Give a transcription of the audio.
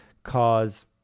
cause